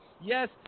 Yes